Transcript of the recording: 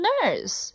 Nurse